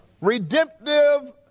Redemptive